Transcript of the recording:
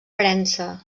premsa